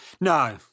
No